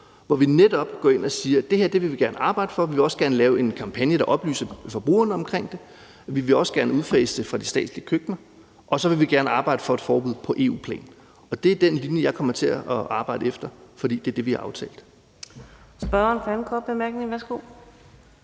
hvor vi netop går ind og siger, at det her vil vi gerne arbejde for. Vi vil også gerne lave en kampagne, der oplyser forbrugerne om det. Vi vil også gerne udfase det fra de statslige køkkener. Og så vil vi gerne arbejde for et forbud på EU-plan. Det er den linje, jeg kommer til at arbejde efter, for det er det, vi har aftalt.